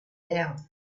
down